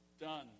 Done